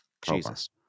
Jesus